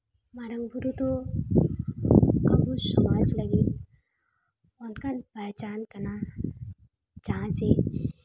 ᱢᱟᱨᱟᱝ ᱵᱩᱨᱩ ᱫᱚ ᱟᱵᱚ ᱥᱚᱢᱟᱡᱽ ᱞᱟᱹᱜᱤᱫ ᱚᱱᱠᱟᱱ ᱯᱮᱦᱪᱟᱱ ᱠᱟᱱᱟ ᱡᱟᱦᱟᱸ ᱡᱮ